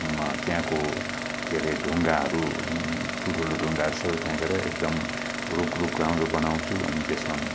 त्यहाँको के रे ढुङ्गाहरू ठुल्ठुलो ढुङ्गाहरू सबै फ्याँकेर एकदम रुख रुख राम्रो बनाउँछु अनि त्यसमा